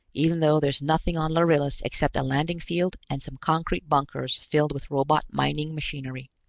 even though there's nothing on lharillis except a landing field and some concrete bunkers filled with robot mining machinery.